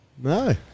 No